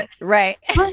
Right